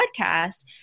podcast